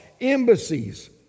embassies